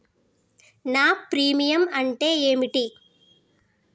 నా ప్రీమియం అంటే ఏమిటి?